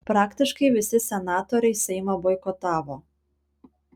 praktiškai visi senatoriai seimą boikotavo